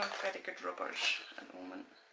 good rubbers at the moment.